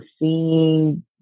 seeing